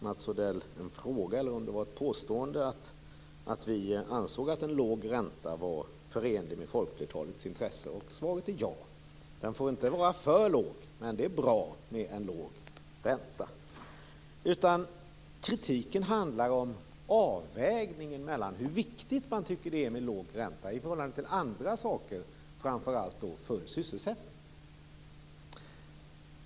Mats Odell frågade om vi ansåg att en låg ränta var förenlig med folkflertalets intresse. Svaret är ja. Räntan får inte vara för låg, men det är bra med en låg ränta. Kritiken handlar om avvägningen mellan hur viktigt man tycker att det är med låg ränta i förhållande till andra saker, framför allt då till full sysselsättning.